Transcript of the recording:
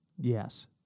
Yes